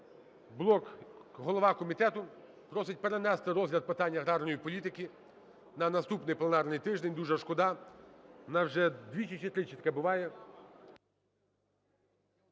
Голова комітету просить перенести розгляд питання аграрної політики на наступний пленарний тиждень, дуже шкода. У нас вже двічі чи тричі таке буває.